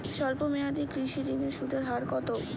স্বল্প মেয়াদী কৃষি ঋণের সুদের হার কত?